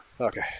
Okay